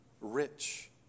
rich